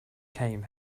came